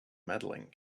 medaling